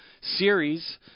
Series